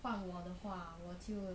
换我的话我就